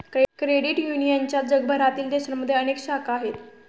credit युनियनच्या जगभरातील देशांमध्ये अनेक शाखा आहेत